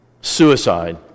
suicide